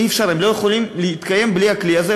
הם לא יכולים להתקיים בלי הכלי הזה,